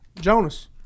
Jonas